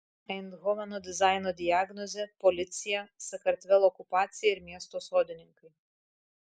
eindhoveno dizaino diagnozė policija sakartvelo okupacija ir miesto sodininkai